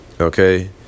okay